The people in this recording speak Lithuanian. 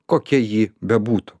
kokia ji bebūtų